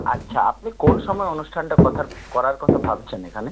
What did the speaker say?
আচ্ছা আপনি কোন সময়ে অনুষ্ঠানটা কথার করার কথা ভাবছেন এখানে